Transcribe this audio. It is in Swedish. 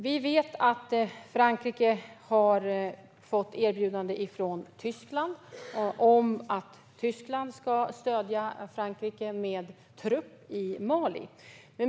Vi vet att Frankrike har fått erbjudande från Tyskland om att Tyskland ska stödja Frankrike med trupp i Mali.